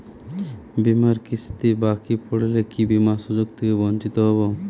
বিমার কিস্তি বাকি পড়লে কি বিমার সুযোগ থেকে বঞ্চিত হবো?